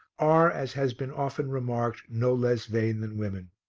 are, as has been often remarked, no less vain than women.